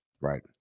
Right